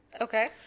Okay